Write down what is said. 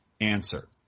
answer